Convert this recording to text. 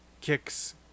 kicks